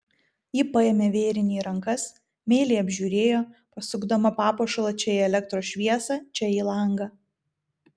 ji paėmė vėrinį į rankas meiliai apžiūrėjo pasukdama papuošalą čia į elektros šviesą čia į langą